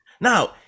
Now